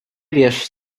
wiesz